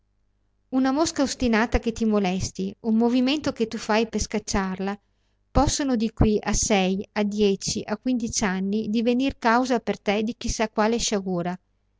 una mosca ostinata che ti molesti un movimento che tu fai per scacciarla possono di qui a sei a dieci a quindici anni divenir causa per te di chi sa quale sciagura